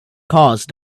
cause